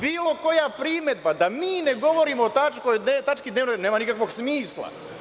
Bilo koja primedba da mi ne govorimo o tački dnevnog reda nema nikakvog smisla.